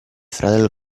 fratello